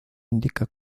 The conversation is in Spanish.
indica